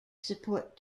support